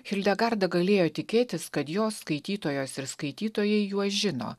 hildegarda galėjo tikėtis kad jos skaitytojos ir skaitytojai juos žino